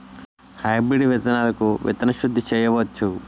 Hybrid విత్తనాలకు విత్తన శుద్ది చేయవచ్చ?